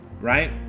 right